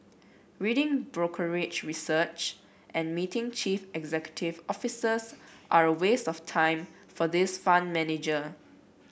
reading brokerage research and meeting chief executive officers are a waste of time for this fund manager